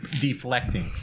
Deflecting